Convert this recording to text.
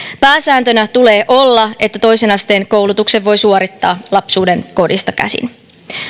pääsääntönä tulee olla että toisen asteen koulutuksen voi suorittaa lapsuudenkodista käsin